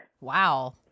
Wow